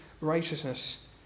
righteousness